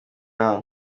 aha